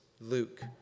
Luke